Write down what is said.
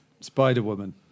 Spider-Woman